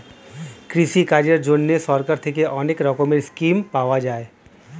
কৃষিকাজের জন্যে সরকার থেকে অনেক রকমের স্কিম পাওয়া যায়